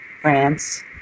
France